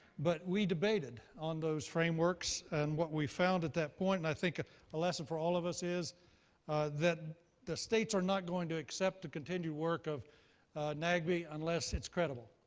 but we debated on those frameworks. and what we found at that point and i think a lesson for all of us is that the states are not going to accept the continued work of nagb unless it's credible,